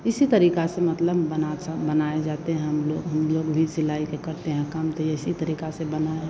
इसी तरीक़े से मतलब बनासा बनाए जाते हैं हम लोग हम लोग भी सिलाई के करते हैं काम तो इसी तरीक़े से बनाए